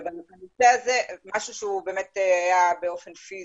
זה משהו שהיה באופן פיזי.